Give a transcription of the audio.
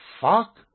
fuck